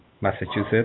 Massachusetts